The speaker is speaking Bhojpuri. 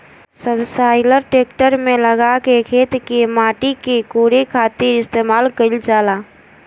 सबसॉइलर ट्रेक्टर में लगा के खेत के माटी के कोड़े खातिर इस्तेमाल कईल जाला